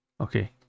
Okay